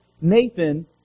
Nathan